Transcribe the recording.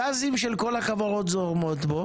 הגזים של כל החברות זורמים בו